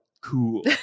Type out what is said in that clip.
cool